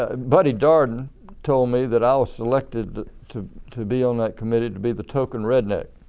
ah buddy darden told me that i was selected to to be on that committee, to be the token redneck.